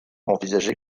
envisagé